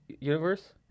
universe